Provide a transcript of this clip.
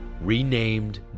renamed